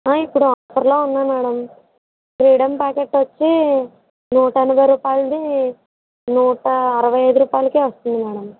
ఇప్పుడు ఆఫర్లో ఉన్నాయి మేడమ్ ఫ్రీడమ్ ప్యాకెటొచ్చి నూట ఎనభై రుపాయిలది నూట అరవైఐదు రూపాయలకే వస్తుంది మేడమ్